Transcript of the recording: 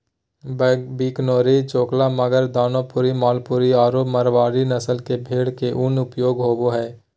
बीकानेरी, चोकला, मागरा, दानपुरी, मालपुरी आरो मारवाड़ी नस्ल के भेड़ के उन उपयोग होबा हइ